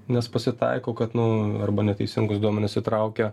nes pasitaiko kad nu arba neteisingus duomenis įtraukia